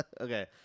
Okay